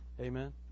Amen